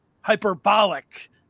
hyperbolic